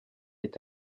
est